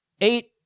Eight